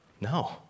No